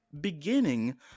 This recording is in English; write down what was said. beginning